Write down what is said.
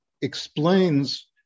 explains